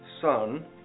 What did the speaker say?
Son